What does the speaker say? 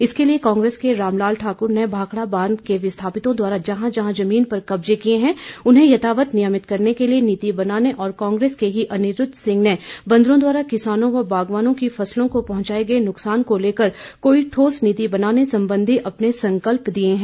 इसके लिए कांग्रेस के रामलाल ठाकुर ने भाखड़ा बांध के विस्थापितों द्वारा जहां जहां जमीन पर कब्जे किए हैं उन्हें यथावत नियमित करने के लिए नीति बनाने और कांग्रेस के ही अनिरूद्व सिंह ने बंदरों द्वारा किसानों व बागवानों की फसलों को पहुंचाए गए नुकसान को लेकर कोई ठोस नीति बनाने संबंधी अपने संकल्प दिए हैं